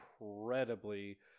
incredibly